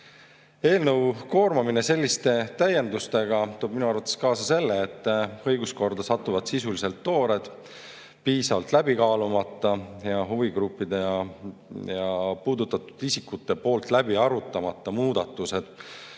Eelnõu koormamine selliste täiendustega toob minu arvates kaasa selle, et õiguskorda satuvad sisuliselt toored, piisavalt läbi kaalumata ja huvigruppide ja [teiste] puudutatud isikute poolt läbi arutamata muudatused,